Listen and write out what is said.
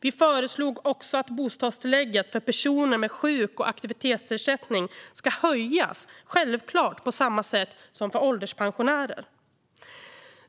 Vi föreslog också att bostadstillägget för personer med sjuk och aktivitetsersättning skulle höjas på samma sätt som för ålderspensionärer - självklart!